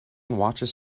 watches